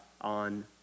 on